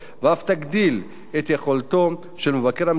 ואף תגדיל את יכולתו של מבקר המדינה